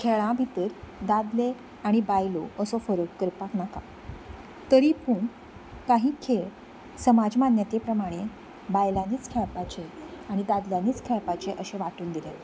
खेळां भितर दादले आनी बायलो असो फरक करपाक नाका तरी पूण काही खेळ समाज मान्यते प्रमाणे बायलांनीच खेळपाचे आनी दादल्यांनीच खेळपाचे अशे वांटून दिले